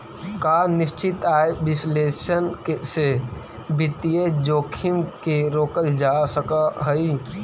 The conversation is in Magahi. का निश्चित आय विश्लेषण से वित्तीय जोखिम के रोकल जा सकऽ हइ?